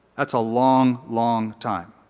that's a long, long time.